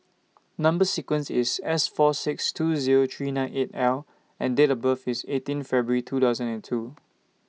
Number sequence IS S four six two Zero three nine eight L and Date of birth IS eighteen February two thousand and two